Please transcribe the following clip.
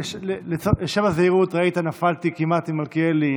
לשם הזהירות, ראית שכמעט נפלתי עם מלכיאלי.